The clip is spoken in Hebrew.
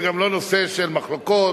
זה גם לא נושא של מחלוקות,